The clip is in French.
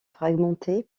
fragmentée